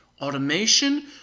automation